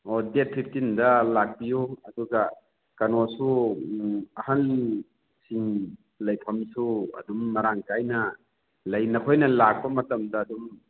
ꯑꯣ ꯗꯦꯠ ꯐꯤꯞꯇꯤꯟꯗ ꯂꯥꯛꯄꯤꯌꯨ ꯑꯗꯨꯒ ꯀꯩꯅꯣꯁꯨ ꯑꯍꯟꯁꯤꯡ ꯂꯩꯐꯝꯁꯨ ꯑꯗꯨꯝ ꯃꯔꯥꯡ ꯀꯥꯏꯅ ꯂꯩ ꯅꯈꯣꯏꯅ ꯂꯥꯛꯄ ꯃꯇꯝꯗ ꯑꯗꯨꯝ